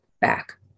back